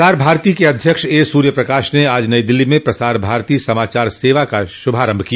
प्रसार भारती के अध्यक्ष ए सूर्यप्रकाश ने आज नई दिल्ली में प्रसार भारती समाचार सेवा का शुभारम्भ किया